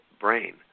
brain